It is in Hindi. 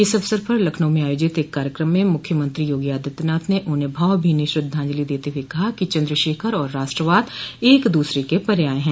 इस अवसर पर लखनऊ में आयोजित एक कार्यकम में मुख्यमंत्री योगी आदित्यनाथ ने उन्हें भावभीनी श्रद्धांजलि देते हुए कहा कि चन्द्रशेखर और राष्ट्रवाद एक दूसरे के पर्याय हैं